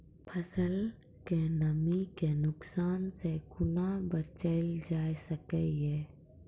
फसलक नमी के नुकसान सॅ कुना बचैल जाय सकै ये?